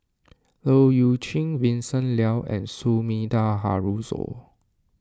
Leu Yew Chye Vincent Leow and Sumida Haruzo